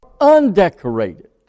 undecorated